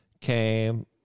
came